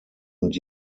und